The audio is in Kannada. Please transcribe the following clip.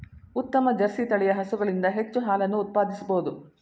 ಉತ್ತಮ ಜರ್ಸಿ ತಳಿಯ ಹಸುಗಳಿಂದ ಹೆಚ್ಚು ಹಾಲನ್ನು ಉತ್ಪಾದಿಸಬೋದು